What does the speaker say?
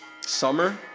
Summer